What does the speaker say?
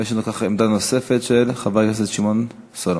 ויש לנו אחר כך עמדה נוספת של חבר הכנסת שמעון סולומון.